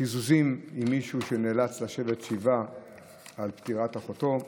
קיזוזים עם מישהו שנאלץ לשבת שבעה על פטירת אחותו,